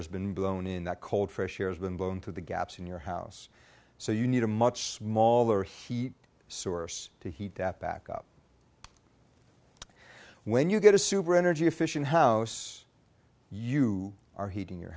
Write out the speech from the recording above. has been blown in that cold fresh air has been blown through the gaps in your house so you need a much smaller heat source to heat that back up when you get a super energy efficient house you are heating your